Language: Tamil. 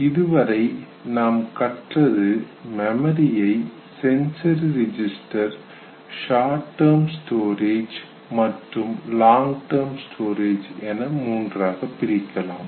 இதுவரை நாம் கற்றது மெமரியை sensory register short term storage மற்றும் லாங் டெர்ம் ஸ்டோரேஜ் என மூன்றாக பிரிக்கலாம்